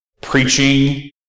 preaching